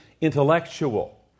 intellectual